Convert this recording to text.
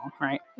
right